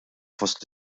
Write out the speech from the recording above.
fost